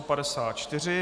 54.